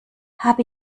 hab